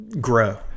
grow